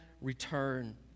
return